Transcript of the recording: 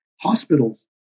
hospitals